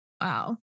Wow